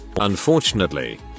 Unfortunately